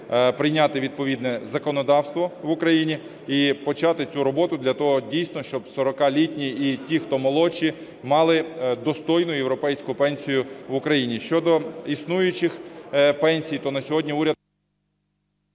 прийняти відповідне законодавство в Україні і почати цю роботу для того дійсно, щоб 40-літні і ті, хто молодші, мали достойну європейську пенсію в Україні. Щодо існуючих пенсій, то на сьогодні уряд…